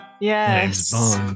Yes